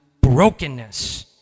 brokenness